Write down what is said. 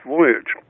Voyage